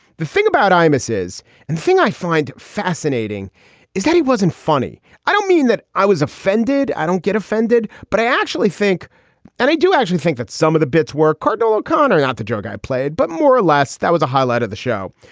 the thing about amos's and the thing i find fascinating is that he wasn't funny. i don't mean that i was offended. i don't get offended. but i actually think and i do actually think that some of the bits where cardinal o'connor got the joke i played, but more or less that was a highlight of the show.